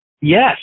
Yes